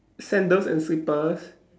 sandals and slippers